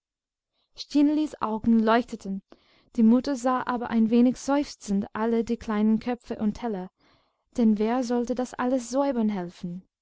stinelis augen leuchteten die mutter sah aber ein wenig seufzend alle die kleinen köpfe und teller denn wer sollte das alles säubern helfen